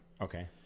Okay